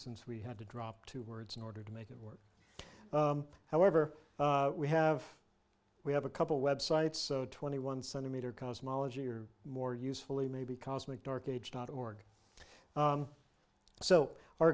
since we had to drop two words in order to make it work however we have we have a couple websites so twenty one centimeter cosmology or more usefully maybe cosmic dark age dot org so our